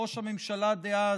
ראש הממשלה דאז,